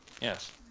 Yes